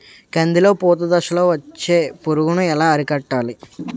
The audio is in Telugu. కందిలో పూత దశలో వచ్చే పురుగును ఎలా అరికట్టాలి?